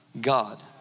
God